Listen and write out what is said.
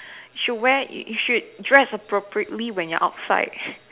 she wear you you should dress appropriately when you're outside